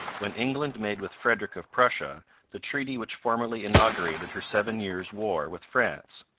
when england made with frederick of prussia the treaty which formally inaugurated her seven years' war with france.